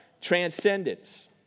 transcendence